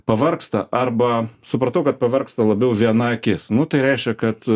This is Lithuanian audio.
pavargsta arba supratau kad pavargsta labiau viena akis nu tai reiškia kad